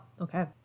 okay